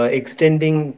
extending